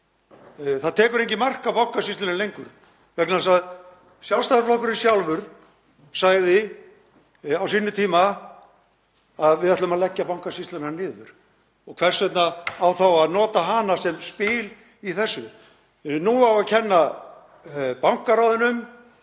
það tekur enginn mark á Bankasýslunni lengur vegna þess að Sjálfstæðisflokkurinn sjálfur sagði á sínum tíma: Við ætlum að leggja Bankasýsluna niður. Og hvers vegna á þá að nota hana sem spil í þessu? Nú á að kenna bankaráðinu